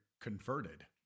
converted